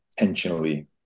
intentionally